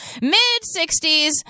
mid-60s